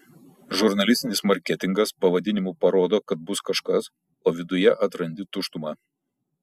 žurnalistinis marketingas pavadinimu parodo kad bus kažkas o viduje atrandi tuštumą